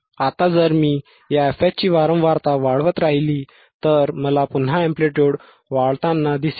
आता जर मी या fH ची वारंवारता वाढवत राहिलो तर मला पुन्हा एंप्लिट्युड वाढताना दिसेल